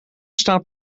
staat